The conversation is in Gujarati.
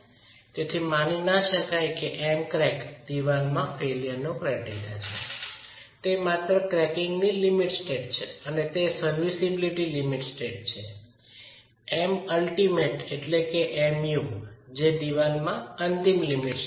તેથી માની ન શકાય કે M crack દિવાલમાં ફેઇલ્યર નો ક્રાઈડેરીયા છે તે માત્ર ક્રેકીંગની લિમિટ સ્ટેટ છે તે સર્વિસિબિલિટી લિમિટ સ્ટેટ છે Mu જે દિવાલમાં અંતિમ લિમિટ સ્ટેટ છે